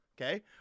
okay